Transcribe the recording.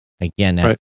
again